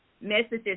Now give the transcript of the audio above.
messages